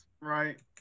right